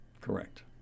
Correct